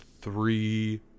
three